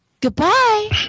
Goodbye